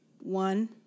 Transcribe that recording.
one